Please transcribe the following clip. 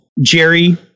jerry